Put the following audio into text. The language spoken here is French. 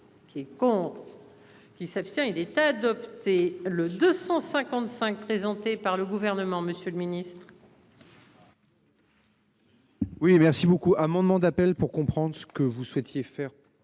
Qui est contre. Qui s'abstient il est adopté le 205. Présenté par le gouvernement, Monsieur le Ministre. Oui merci beaucoup amendement d'appel pour comprendre ce que vous souhaitiez faire.